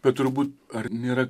bet turbūt ar nėra